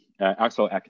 Axel